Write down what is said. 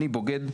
אני בוגד?